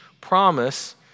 promise